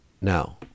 Now